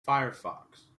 firefox